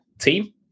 team